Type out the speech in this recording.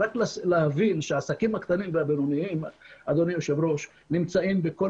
העסקים הקטנים והבינוניים נמצאים בכל